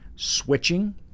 switching